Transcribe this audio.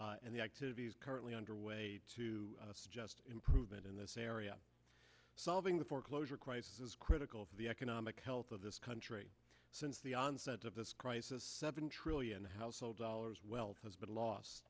the activities currently underway to suggest improvement in this area solving the foreclosure crisis is critical to the economic health of this country since the onset of this crisis seven trillion household dollars wealth has been lost